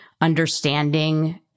understanding